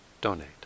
donate